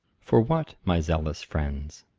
for what, my zealous friends?